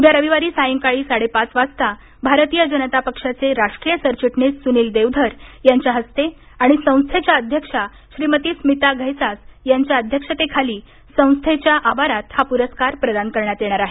उद्या रविवारी सायंकाळी साडेपाच वाजता भारतीय जनता पक्षाचे राष्ट्रीय सरचिटणीस सुनिल देवधर यांच्या हस्ते आणि संस्थेच्या अध्यक्षा श्रीमती स्मिता धैसास यांच्या अध्यक्षतेखाली संस्थेच्या आवारात हा पुरस्कार प्रदान करण्यात येणार आहे